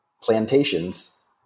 plantations